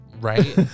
Right